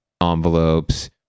envelopes